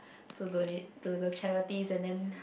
to donate to the charities and then